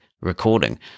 recording